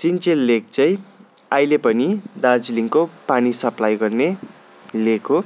Sinchel lake चाहिँ अहिले पनि दार्जिलिङको पानी सप्लाई गर्ने लेक हो